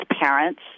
parents